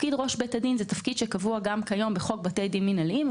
תפקיד ראש בית הדין הוא תפקיד שקבוע גם כיום בחוק בתי דין מינהליים,